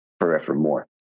forevermore